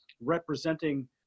representing